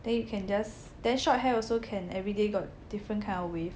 then you can just then short hair also can everyday got different kind of wave